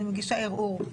אני מגישה ערעור.